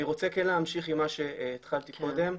אני רוצה להמשיך עם מה שהתחלתי קודם.